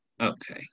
Okay